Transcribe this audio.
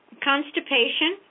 constipation